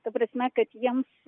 ta prasme kad jiems